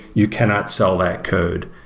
you cannot sell that code,